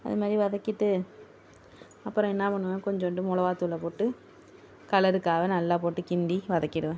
அது மாரி வதக்கிவிட்டு அப்புறம் என்ன பண்ணுவேன் கொஞ்சோண்டு மிளகா தூளை போட்டு கலருக்காக நல்லா போட்டு கிண்டி வதக்கிவிடுவேன்